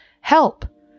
Help